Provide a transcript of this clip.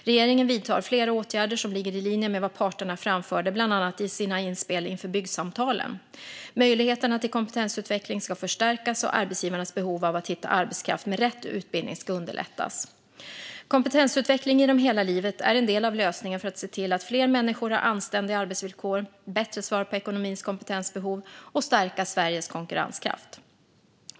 Regeringen vidtar flera åtgärder som ligger i linje med vad parterna framförde bland annat i sina inspel inför byggsamtalen. Möjligheterna till kompetensutveckling ska förstärkas, och arbetsgivarnas behov av att hitta arbetskraft med rätt utbildning ska underlättas. Kompetensutveckling genom hela livet är en del av lösningen för att se till att fler människor har anständiga arbetsvillkor, bättre svara på ekonomins kompetensbehov och stärka Sveriges konkurrenskraft.